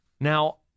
Now